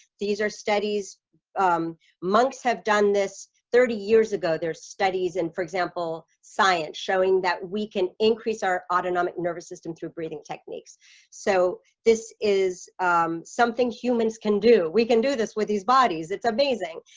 these are studies monks have done this thirty years ago there's studies and for example science showing that we can increase our autonomic nervous system through breathing techniques so this is something humans can do we can do this with these bodies? it's amazing.